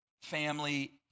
family